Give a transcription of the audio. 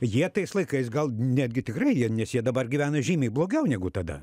jie tais laikais gal netgi tikrai jie nes jie dabar gyvena žymiai blogiau negu tada